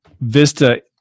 Vista